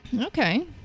Okay